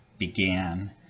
began